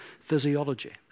Physiology